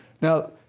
Now